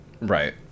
right